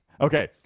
Okay